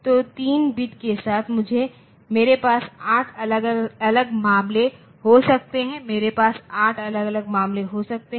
तो तीन बिट्स के साथ मेरे पास 8 अलग अलग मामले हो सकते हैं मेरे पास 8 अलग अलग मामले हो सकते हैं